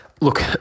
Look